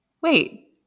wait